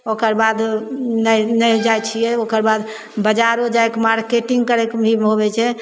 ओकर बाद नहि नहि जाइ छिए ओकर बाद बजारो जाइके मार्केटिन्ग करैके भी होबै छै